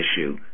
issue